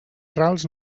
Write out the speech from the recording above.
rals